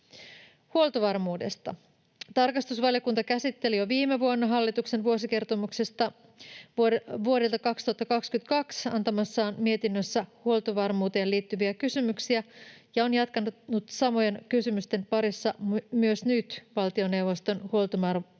Huoltovarmuudesta: Tarkastusvaliokunta käsitteli jo viime vuonna hallituksen vuosikertomuksesta vuodelta 2020 antamassaan mietinnössä huoltovarmuuteen liittyviä kysymyksiä ja on jatkanut samojen kysymysten parissa myös nyt valtioneuvoston huoltovarmuusselonteon